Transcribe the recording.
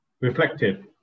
Reflective